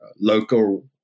local